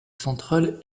centrale